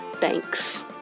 thanks